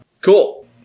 Cool